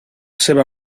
seva